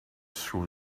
through